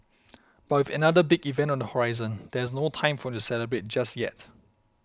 but with another big event on the horizon there is no time for him to celebrate just yet